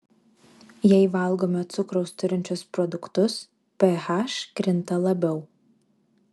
jei valgome cukraus turinčius produktus ph krinta labiau